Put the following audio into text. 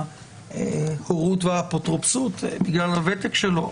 ההורות והאפוטרופסות בגלל הוותק שלו,